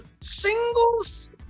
singles